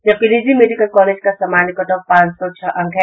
जबकि निजी medical college का समान्य कटऑफ पांच सौ छह अंक है